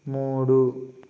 మూడు